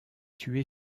tué